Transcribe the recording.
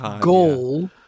goal